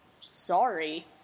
Sorry